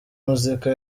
muzika